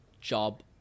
job